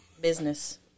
business